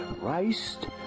Christ